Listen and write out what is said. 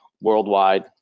Worldwide